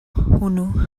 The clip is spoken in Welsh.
hwnnw